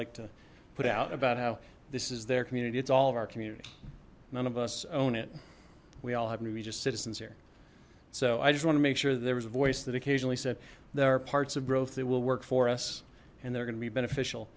like to put out about how this is their community it's all of our community none of us own it we all have new be just citizens here so i just want to make sure there was a voice that occasionally said there are parts of growth that will work for us and they're going to be beneficial